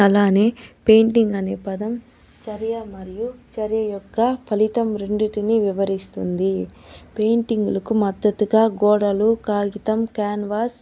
అలానే పెయింటింగ్ అనే పదం చర్య మరియు చర్య యొక్క ఫలితం రెండిటినీ వివరిస్తుంది పెయింటింగులకు మద్దతుగా గోడలు కాగితం క్యాన్వాస్